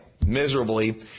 miserably